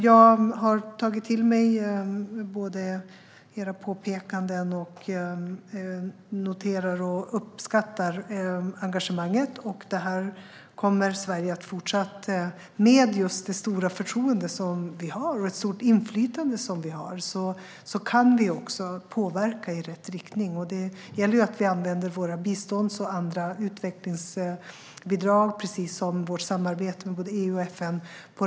Jag har tagit till mig era påpekanden, och jag uppskattar engagemanget. Sverige kommer att med det stora förtroende och inflytande som vårt land har fortsätta att påverka i rätt riktning. Det gäller att vi använder våra bistånds och andra utvecklingsbidrag på rätt sätt, precis som med vårt samarbete med både EU och FN.